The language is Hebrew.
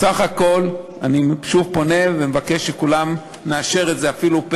מדינה שקלטה רבבות מבני עמנו שנמלטו מסבל ורדיפה